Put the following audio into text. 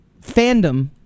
fandom